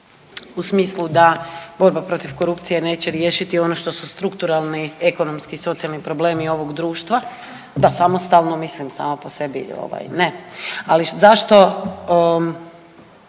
u smislu da borba protiv korupcije neće riješiti ono što su strukturalni ekonomski i socijalni problemi ovog društva, da samostalno, mislim, samo po sebi ne. Ali zašto